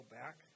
back